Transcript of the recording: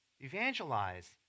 Evangelize